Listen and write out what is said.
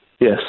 Yes